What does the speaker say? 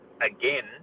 again